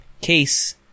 Case